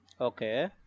Okay